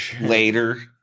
later